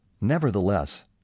Nevertheless